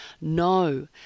No